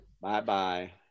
Bye-bye